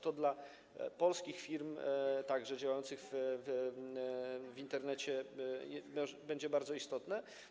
To dla polskich firm, także działających w Internecie, będzie bardzo istotne.